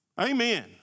Amen